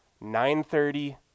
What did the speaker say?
9.30